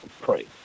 pray